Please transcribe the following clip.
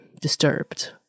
disturbed